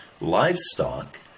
livestock